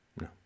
No